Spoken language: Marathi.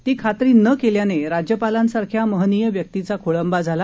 ती खात्री न केल्याने राज्यपालांसारख्या महनीय व्यक्तीचा खोळंबा झाला